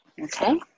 Okay